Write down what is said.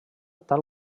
tal